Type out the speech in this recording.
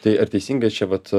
tai ar teisingai čia vat